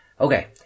Okay